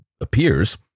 appears